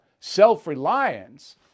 self-reliance